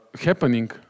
happening